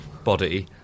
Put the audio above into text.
Body